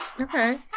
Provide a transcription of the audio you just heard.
Okay